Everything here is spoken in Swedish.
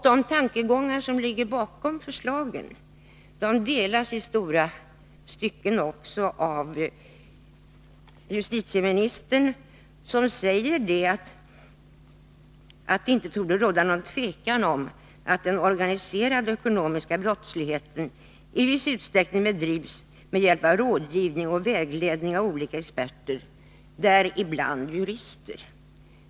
De tankegångar som ligger bakom förslagen delas i långa stycken av justitieministern, som säger att det inte torde råda någon tvekan om att den organiserade ekonomiska brottsligheten i viss utsträckning bedrivs med hjälp av rådgivning och vägledning av olika experter, däribland jurister.